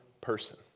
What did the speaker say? person